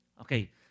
Okay